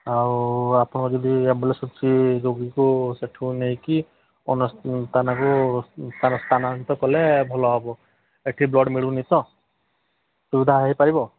ଆଉ ଆପଣ ଯଦି ଆମ୍ବୁଲାନ୍ସ ଅଛି ରୋଗୀକୁ ସେଠୁ ନେଇକି ଅନ୍ୟ ସ୍ଥାନକୁ ସ୍ଥାନାନ୍ତରିତ କଲେ ଭଲ ହେବ ଏଠି ବ୍ଲଡ୍ ମିଳୁନି ତ ସୁବିଧା ହୋଇପାରିବ